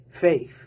faith